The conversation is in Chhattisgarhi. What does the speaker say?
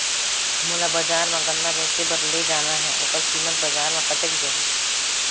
मोला बजार मां गन्ना बेचे बार ले जाना हे ओकर कीमत बजार मां कतेक जाही?